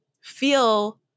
feel